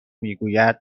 میگوید